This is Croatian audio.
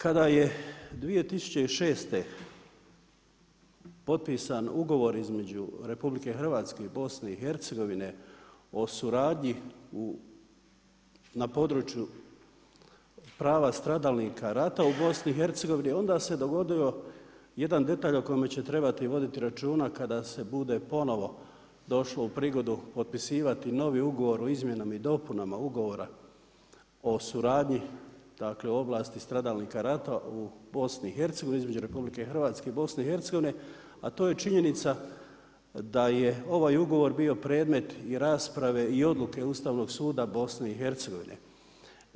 Kada je 2006. potpisan ugovor između RH i BiH-a o suradnji na području prava stradalnika rata u BiH onda se dogodio jedan detalj o kojemu će trebati voditi računa kada se bude ponovo došlo u prigodu potpisivati novi Ugovor o izmjenama i dopunama Ugovora o suradnji, dakle ovlasti stradalnika rata u BiH, između RH i BiH-a a to je činjenica da je ovaj ugovor bio predmet i rasprave i odluke Ustavnog suda BiH-a.